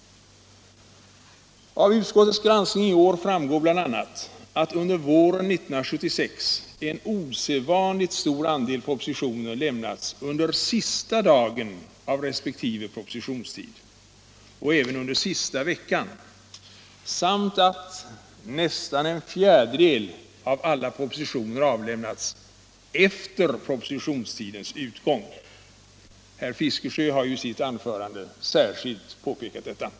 Av utskottets granskning i år framgår bl.a. att under våren 1976 en osedvanligt stor andel propositioner lämnats under sista dagen av resp. propositionstid och även under sista veckan samt att nästan en fjärdedel av alla propositioner avlämnats efter propositionstidens utgång. Herr Fiskesjö har ju också i sitt anförande med rätta särskilt anmärkt på detta.